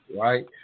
right